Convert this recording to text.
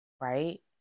right